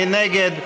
מי נגד?